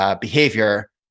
behavior